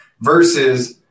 versus